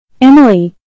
Emily